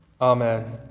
Amen